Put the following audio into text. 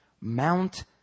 Mount